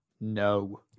No